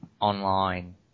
online